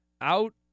out